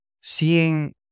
seeing